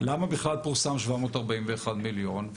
למה בכלל פורסם 741 מיליון?